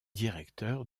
directeur